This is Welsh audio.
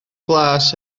glas